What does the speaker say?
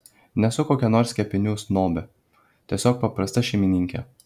nesu kokia nors kepinių snobė tiesiog paprasta šeimininkė